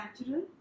natural